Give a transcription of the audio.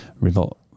revolt